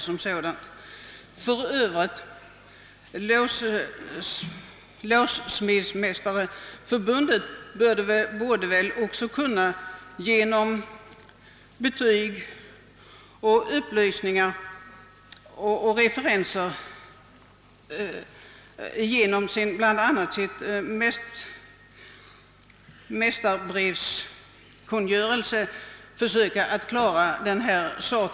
För övrigt borde väl låssmedsmästareförbundet genom betyg, upplysningar och referenser och med hjälp av bl.a. sin mästarbrevskungörelse självt kunna klara denna sak.